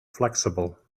flexible